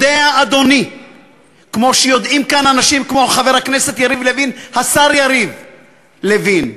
יודע אדוני כמו שיודעים כאן אנשים כמו השר יריב לוין,